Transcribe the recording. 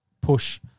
push